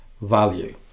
value